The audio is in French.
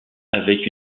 avec